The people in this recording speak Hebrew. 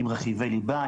עם רכיבי ליבה,